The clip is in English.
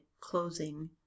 closing